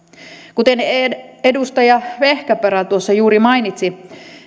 kuten edustaja vehkaperä tuossa juuri mainitsi